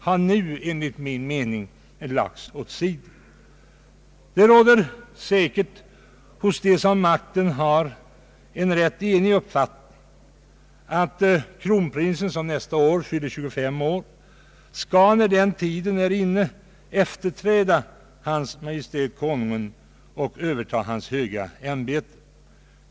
Hos dem som makten har råder säkert en ganska enig uppfattning om att kronprinsen, som nästa år fyller 25 år, när den tiden är inne skall efterträda Hans Majestät Konungen och övertaga hans höga ämbete.